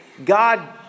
God